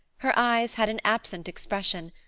her eyes had an absent expression,